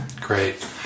Great